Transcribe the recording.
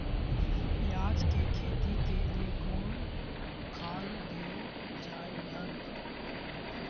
प्याज के खेती के लिए कौन खाद देल जा हाय?